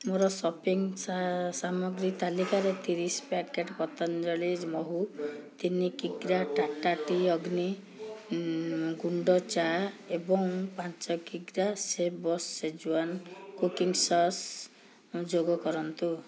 ମୋର ସପିଂ ସାମଗ୍ରୀ ତାଲିକାରେ ତିରିଶି ପ୍ୟାକେଟ୍ ପତଞ୍ଜଳି ମହୁ ତିନି କିଗ୍ରା ଟାଟା ଟି ଅଗ୍ନି ଗୁଣ୍ଡ ଚା ଏବଂ ପାଞ୍ଚ କିଗ୍ରା ସେଫ୍ବସ୍ ସେଜୱାନ୍ କୁକିଂ ସସ୍ ଯୋଗ କରନ୍ତୁ